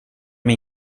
mig